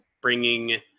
bringing